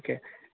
okay